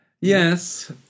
Yes